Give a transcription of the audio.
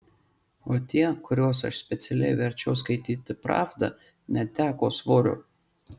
o tie kuriuos aš specialiai verčiau skaityti pravdą neteko svorio